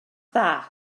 dda